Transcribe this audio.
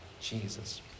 Jesus